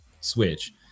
switch